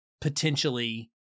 potentially